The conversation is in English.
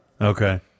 Okay